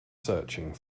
searching